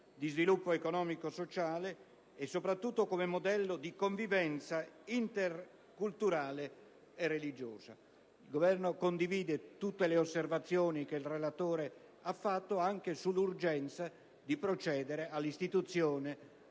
di sviluppo economica-sociale e soprattutto come modello di convivenza interculturale e religiosa. Il Governo condivide tutte le osservazioni che il relatore ha fatto anche sull'urgenza di procedere all'istituzione